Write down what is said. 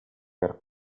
per